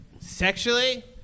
Sexually